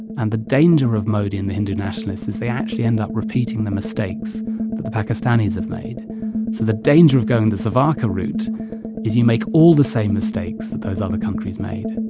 and the danger of modi and the hindu nationalists is they actually end up repeating the mistakes that the pakistanis have made. so the danger of going the savarkar route is you make all the same mistakes that those other countries made,